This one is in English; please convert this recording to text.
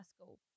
school